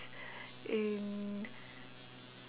in